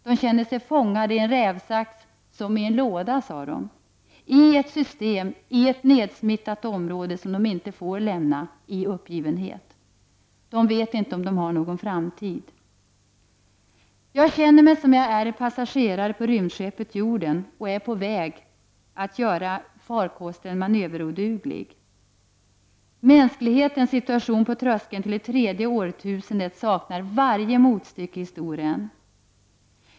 De känner sig fångade i en rävsax — som i en låda, sade de — i ett system, i ett nedsmittat område som de inte får lämna, i uppgivenhet. De vet inte om de har någon framtid. Jag känner mig som en passagerare på rymdskeppet Jorden — och på väg att göra farkosten manöveroduglig. Mänsklighetens situation på tröskeln till det tredje årtusendet saknar varje motstycke i historien.